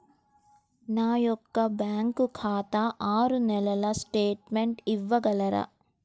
నా యొక్క బ్యాంకు ఖాతా ఆరు నెలల స్టేట్మెంట్ ఇవ్వగలరా?